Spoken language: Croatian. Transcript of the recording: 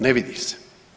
Ne vidi se.